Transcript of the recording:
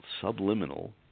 subliminal